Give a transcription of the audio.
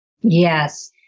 Yes